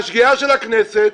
השגיאה של הכנסת,